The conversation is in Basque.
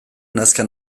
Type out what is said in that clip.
nazka